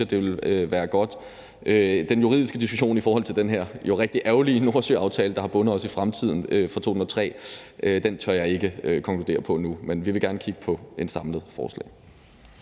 det ville være godt. Den juridiske diskussion i forhold til den her jo rigtig ærgerlige Nordsøaftale, der har bundet os i fremtiden, fra 2003, tør jeg ikke konkludere på nu, men vi vil gerne kigge på et samlet forslag.